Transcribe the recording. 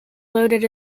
loaded